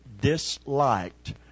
disliked